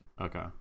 okay